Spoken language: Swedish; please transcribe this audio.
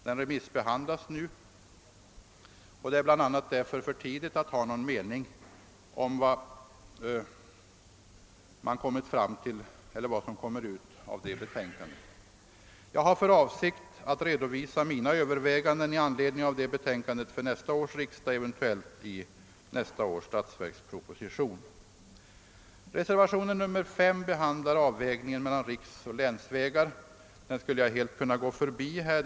Den remissbehandlas för närvarande, och det är alltså för tidigt att ha någon mening om vad som så småningom kommer ut ur det betänkandet. Jag har för avsikt att redovisa mina överväganden i anledning av betänkandet för nästa års riksdag, eventuellt i statsverkspropositionen. Reservationen 5 behandlar ningen mellan riksoch länsvägar. Den skulle jag helt kunna förbigå här.